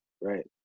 right